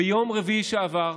ביום רביעי שעבר החוק,